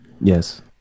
Yes